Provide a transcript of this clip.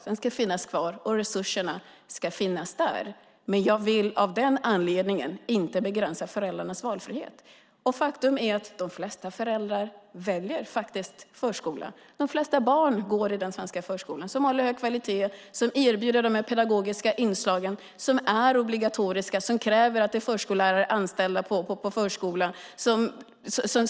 Den ska finnas kvar, och resurserna ska finnas där. Jag vill dock inte av den anledningen begränsa föräldrarnas valfrihet. Faktum är att de flesta föräldrar väljer förskola. De flesta barn går i den svenska förskolan. Den håller hög kvalitet och erbjuder de pedagogiska inslag som är obligatoriska och som kräver att förskollärare är anställda på förskolan.